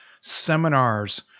seminars